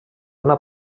una